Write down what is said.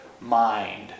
mind